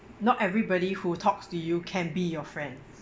not everybody who talks to you can be your friend